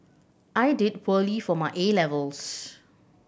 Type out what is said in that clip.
I did poorly for my A levels